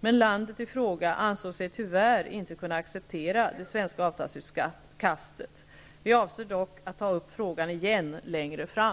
men landet i fråga ansåg sig tyvärr inte kunna acceptera det svenska avtalsutkastet. Vi avser dock att ta upp frågan igen längre fram.